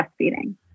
Breastfeeding